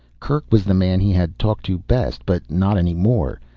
kerk was the man he had talked to best, but not any more.